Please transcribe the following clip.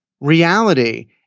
reality